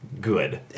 good